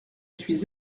suis